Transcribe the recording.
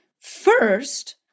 first